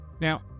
Now